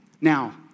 Now